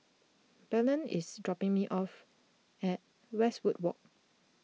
Belen is dropping me off at Westwood Walk